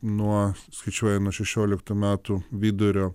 nuo skaičiuoja nuo šešioliktų metų vidurio